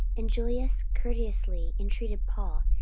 and julius courteously entreated paul,